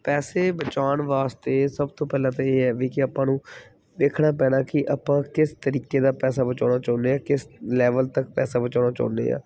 ਪੈਸੇ ਬਚਾਉਣ ਵਾਸਤੇ ਸਭ ਤੋਂ ਪਹਿਲਾਂ ਤਾਂ ਇਹ ਹੈ ਵੀ ਕਿ ਆਪਾਂ ਨੂੰ ਵੇਖਣਾ ਪੈਣਾ ਕਿ ਆਪਾਂ ਕਿਸ ਤਰੀਕੇ ਦਾ ਪੈਸਾ ਬਚਾਉਣਾ ਚਾਹੁੰਦੇ ਹਾਂ ਕਿਸ ਲੈਵਲ ਤੱਕ ਪੈਸਾ ਬਚਾਉਣਾ ਚਾਹੁੰਦੇ ਹਾਂ